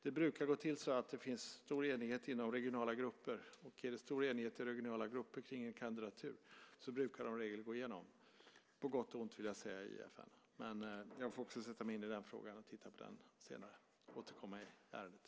Det brukar finnas stor enighet i regionala grupper, och om det finns sådan enighet om en kandidatur brukar de i regel gå igenom - på gott och ont - i FN. Jag får sätta mig in mer i den frågan och återkomma i ärendet.